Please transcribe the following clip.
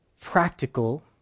practical